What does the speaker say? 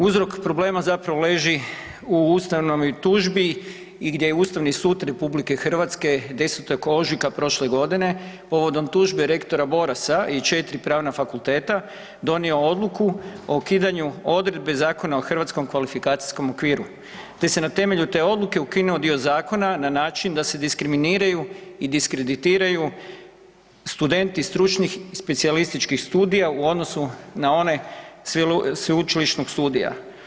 Uzrok problema zapravo leži u ustavnoj tužbi gdje je Ustavni sud RH 10. ožujka prošle godine povodom tužbe rektora Borasa i 4 pravna fakulteta donio odluku o ukidanju odredbe Zakona o Hrvatskom kvalifikacijskom okviru te se na temelju te odluke ukinuo dio zakona na način da se diskriminiraju i diskreditiraju studenti stručnih i specijalističkih studija u odnosu na one sveučilišnog studija.